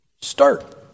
start